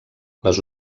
les